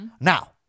Now